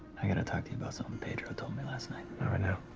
i gotta talk to you about something pedro told me last night. not right now.